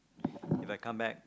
If I come back